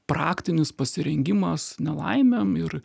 praktinis pasirengimas nelaimėm ir